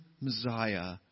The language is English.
Messiah